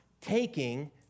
taking